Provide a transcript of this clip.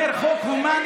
אומר: זה חוק הומני,